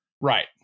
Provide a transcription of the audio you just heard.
Right